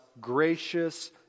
gracious